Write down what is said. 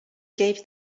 gave